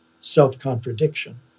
self-contradiction